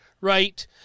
right